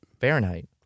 Fahrenheit